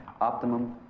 Optimum